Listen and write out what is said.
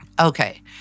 Okay